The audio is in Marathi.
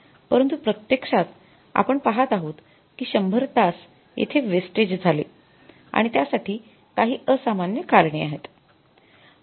परंतु प्रत्यक्षात आपण पहात आहोत की १०० तास येथे वेस्टेज झाले आणि त्या साठी काही असामान्य करणे आहेत